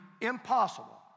impossible